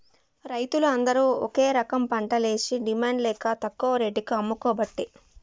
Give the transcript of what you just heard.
రైతులు అందరు ఒక రకంపంటలేషి డిమాండ్ లేక తక్కువ రేటుకు అమ్ముకోబట్టే